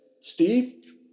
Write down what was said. Steve